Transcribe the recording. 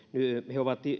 he ovat